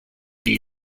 new